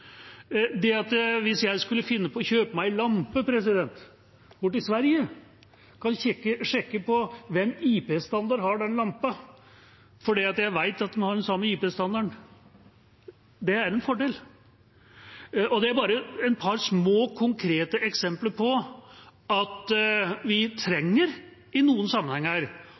Hvis jeg skulle finne på å kjøpe meg en lampe i Sverige, kan jeg sjekke hvilken IP-standard den lampa har, fordi jeg vet at en har den samme IP-standarden. Det er en fordel. Dette er bare et par små, konkrete eksempler på at vi i noen sammenhenger,